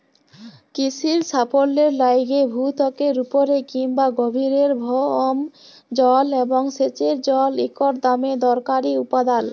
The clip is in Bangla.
কিসির সাফল্যের লাইগে ভূত্বকের উপরে কিংবা গভীরের ভওম জল এবং সেঁচের জল ইকট দমে দরকারি উপাদাল